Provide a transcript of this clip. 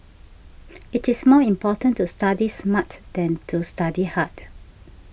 it is more important to study smart than to study hard